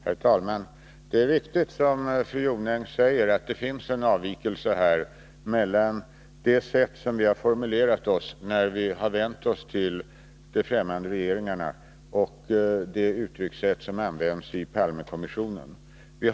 Herr talman! Det är riktigt, som fru Jonäng säger, att det finns en skillnad mellan det sätt på vilket vi har formulerat oss när vi vänt oss till de fftämmande regeringarna och de uttryckssätt som använts i Palmekommissionens rapport.